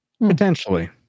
Potentially